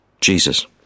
Jesus